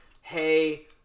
hey –